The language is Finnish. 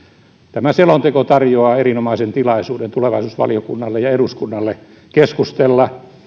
tämä selonteko tarjoaa erinomaisen tilaisuuden tulevaisuusvaliokunnalle ja eduskunnalle keskustella